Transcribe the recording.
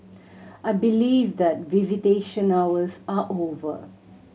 I believe that visitation hours are over